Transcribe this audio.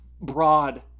broad